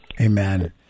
Amen